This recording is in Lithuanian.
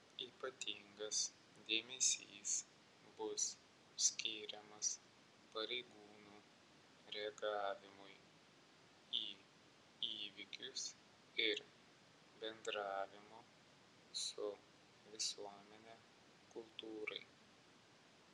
ypatingas dėmesys bus skiriamas pareigūnų reagavimui į įvykius ir bendravimo su visuomene kultūrai